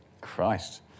Christ